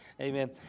Amen